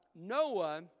Noah